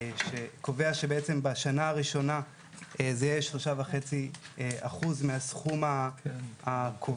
שקובע שבעצם בשנה הראשונה זה יהיה שלושה וחצי אחוז מהסכום הקובע,